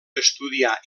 estudià